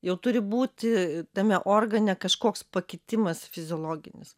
jau turi būti tame organe kažkoks pakitimas fiziologinis